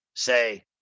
say